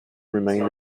remained